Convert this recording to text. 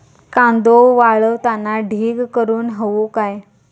कांदो वाळवताना ढीग करून हवो काय?